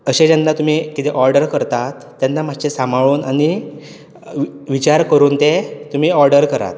अशें जेन्ना तुमी कितें ऑर्डर करतात तेन्ना मात्शें सांबाळून आनी विचार करून तें तुमी ऑर्डर करात